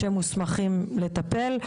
שמוסמכים לטפל.